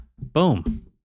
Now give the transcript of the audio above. Boom